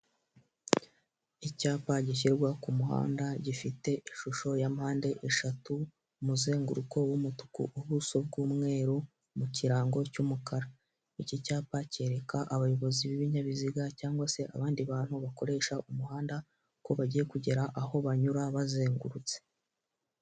Icyapa gishyirwa ku kumuhanda gifite ishusho ya mpande eshatu, umuzenguruko w'umutuku ubuso bw'umweru mu kirango cy'umukara. Iki cyapa cyereka abayobozi b'ibinyabiziga cyangwa se abandi bantu bakoresha umuhanda ko bagiye kugera aho banyura bazengurutse.